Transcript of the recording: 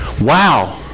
Wow